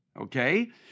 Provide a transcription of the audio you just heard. okay